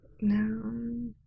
No